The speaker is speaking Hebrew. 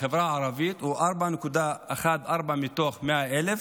בחברה הערבית הוא 4.14 מתוך 100,000,